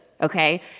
okay